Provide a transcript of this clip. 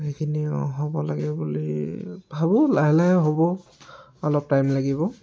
সেইখিনি হ'ব লাগে বুলি ভাবোঁ লাহে লাহে হ'ব অলপ টাইম লাগিব